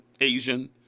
Asian